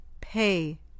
pay